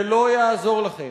זה לא יעזור לכם.